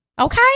Okay